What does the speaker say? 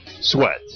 sweat